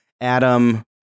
adam